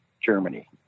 Germany